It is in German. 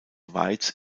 weiz